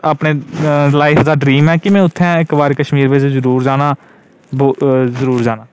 अपने लाइफ दा ड्रीम ऐ कि में उत्थै इक बारी कश्मीर च जरूर जाना जरूर जाना